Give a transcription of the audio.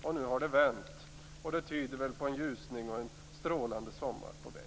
Men nu har det vänt, och det tyder väl på att en ljusning och en strålande sommar är på väg.